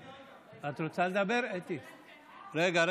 רגע,